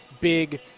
big